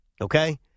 okay